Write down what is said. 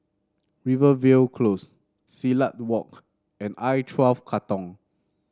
Rivervale Close Silat Walk and I twelve Katong